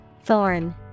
Thorn